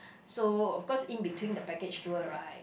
so of course in between the package tour right